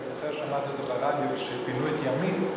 אני זוכר ששמעתי אותו ברדיו כשפינו את ימית,